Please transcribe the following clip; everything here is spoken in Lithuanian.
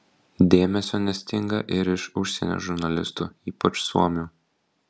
dėmesio nestinga ir iš užsienio žurnalistų ypač suomių